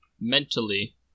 mentally